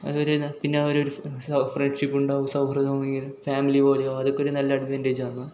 അതൊരു ന്ന പിന്നെ മനസിലാവും ഫ്രെണ്ട്ഷിപ്പുണ്ടാവും സൗഹൃദം ഈ ഫാമിലി പോലെയാണ് അതൊക്കെ നല്ല അഡ്വാൻടേജാണ്